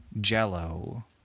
jello